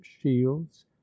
shields